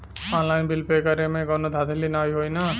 Online bill pay करे में कौनो धांधली ना होई ना?